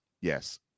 yes